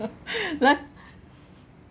last